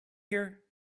here